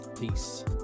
Peace